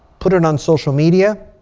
put it on social media.